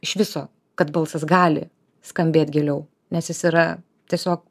iš viso kad balsas gali skambėt giliau nes jis yra tiesiog